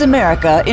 America